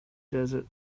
desert